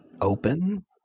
open